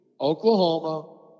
Oklahoma